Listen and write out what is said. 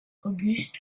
auguste